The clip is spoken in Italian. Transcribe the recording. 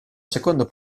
seconda